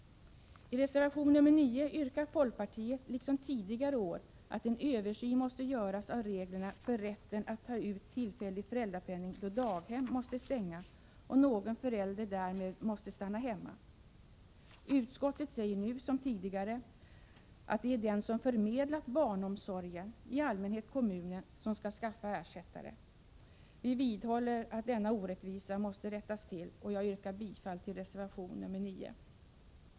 I I reservation nr 9 yrkar folkpartiet, liksom tidigare år, att en översyn skall göras av reglerna för rätten att ta ut tillfällig föräldrapenning då daghem | måste stänga och någon förälder därmed måste stanna hemma. Utskottet säger nu som tidigare, att det är den som förmedlat barnomsorgen, i allmänhet kommunen, som skall skaffa ersättare. Vi vidhåller att denna orättvisa måste rättas till. Jag yrkar bifall till reservation nr 9.